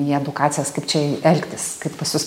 į edukacijas kaip čia elgtis kaip pas jus